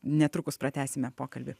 netrukus pratęsime pokalbį